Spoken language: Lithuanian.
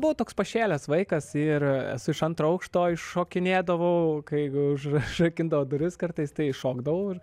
buvau toks pašėlęs vaikas ir esu iš antro aukšto šokinėdavau kai užrakindavo duris kartais tai iššokdavau ir